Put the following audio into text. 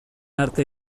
arte